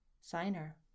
signer